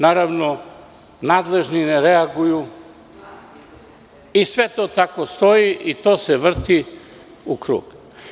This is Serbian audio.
Nadležni ne reaguju i sve to tako stoji i to se vrti u krug.